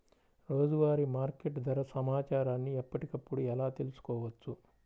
రోజువారీ మార్కెట్ ధర సమాచారాన్ని ఎప్పటికప్పుడు ఎలా తెలుసుకోవచ్చు?